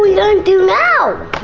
we're gonna um do now? oh!